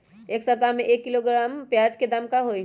एक सप्ताह में एक किलोग्राम प्याज के दाम का होई?